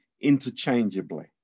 interchangeably